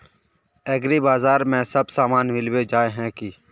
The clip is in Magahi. एग्रीबाजार में सब सामान मिलबे जाय है की?